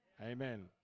Amen